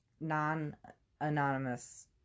non-anonymous